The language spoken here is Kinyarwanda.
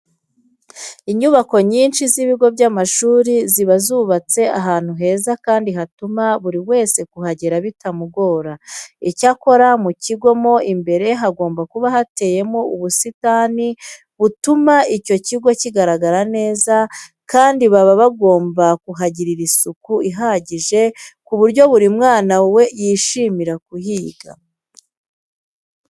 Inyubako nyinshi z'ibigo by'amashuri ziba zubatse ahantu heza kandi hatuma buri wese kuhagera bitamugora. Icyakora mu kigo mo imbere hagomba kuba hateyemo ubusitani butuma icyo kigo kigaragara neza kandi baba bagomba kuhagirira isuku ihagije ku buryo buri mwana yishimira kuhiga.